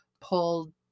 pulled